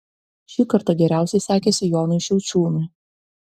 šį kartą geriausiai sekėsi jonui šiaučiūnui